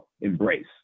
embrace